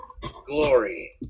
glory